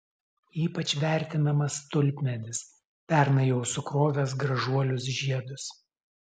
ypač vertinamas tulpmedis pernai jau sukrovęs gražuolius žiedus